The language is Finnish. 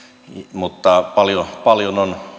mutta paljon on